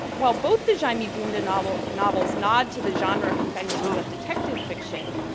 while both the jaime bunda novels novels nod to the genre conventions of detective fiction,